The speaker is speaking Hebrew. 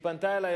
שפנתה אלי,